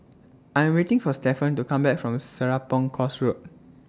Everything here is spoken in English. I Am waiting For Stefan to Come Back from Serapong Course Road